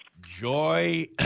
joy